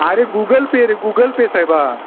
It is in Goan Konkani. अरे गुगल पे रे गुगल पे सायबा